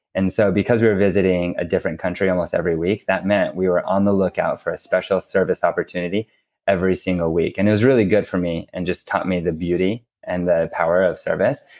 and so because we were visiting a different country almost every week, that meant we were on the lookout for a special service opportunity every single week. and it was really, really good for me and just taught me the beauty and the power of service.